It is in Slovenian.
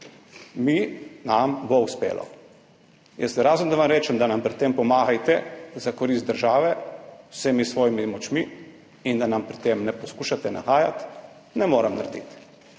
Nam bo uspelo. Jaz razen tega, da vam rečem, da nam pri tem pomagajte za korist države z vsemi svojimi močmi in da nam pri tem ne poskušate nahajati, ne morem narediti.